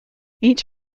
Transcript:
each